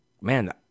man